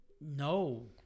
No